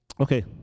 Okay